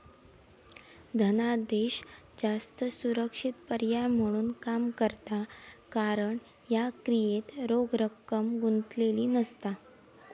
धनादेश जास्त सुरक्षित पर्याय म्हणून काम करता कारण ह्या क्रियेत रोख रक्कम गुंतलेली नसता